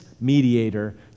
mediator